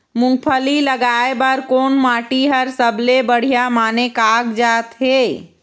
मूंगफली लगाय बर कोन माटी हर सबले बढ़िया माने कागजात हे?